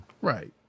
right